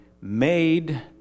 made